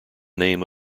name